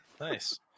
Nice